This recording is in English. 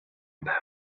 about